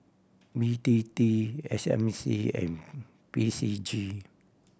B T T S M C and P C G